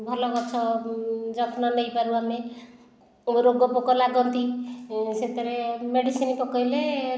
ଭଲ ଗଛ ଯତ୍ନ ନେଇପାରୁ ଆମେ ରୋଗ ପୋକ ଲାଗନ୍ତି ସେଥିରେ ମେଡିସିନ ପକାଇଲେ